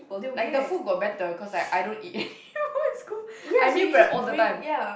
like the food got better cause I I don't eat you know in school I meal prep all the time